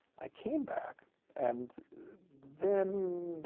i came back and then